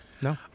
No